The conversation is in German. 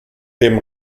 dem